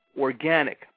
organic